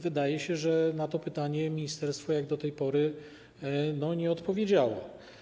Wdaje się, że na to pytanie ministerstwo jak do tej pory nie odpowiedziało.